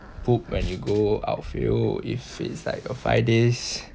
cook when you go outfield if it's like a five days